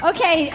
Okay